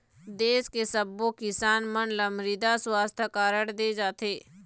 देस के सब्बो किसान मन ल मृदा सुवास्थ कारड दे जाथे